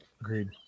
Agreed